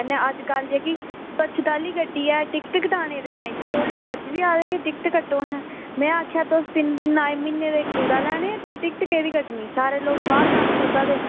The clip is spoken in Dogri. कन्नै अज्जकल जेह्ड़ी स्वच्छता आह्ली गड्डी ऐ टिकट कटाने गी आई जंदे रोज़ ऐहें अज्ज बी टिकट कट्टो ऐहे में आक्खेआ तुस तीन दिन आए म्हीने दे तुस आए निं कूड़ा लैने गी ते सारे लोग बाहर कूड़ा सुट्टा दे